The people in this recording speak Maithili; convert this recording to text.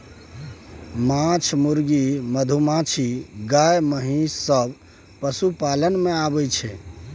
माछ, मुर्गी, मधुमाछी, गाय, महिष सब पशुपालन मे आबय छै